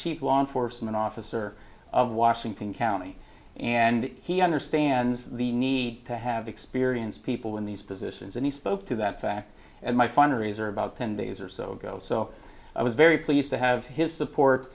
chief law enforcement officer of washington county and he understands the need to have experienced people in these positions and he spoke to that fact and my fundraiser about ten days or so ago so i was very pleased to have his support